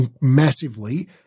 massively